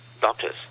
doctors